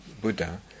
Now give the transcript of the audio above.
Buddha